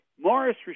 Morris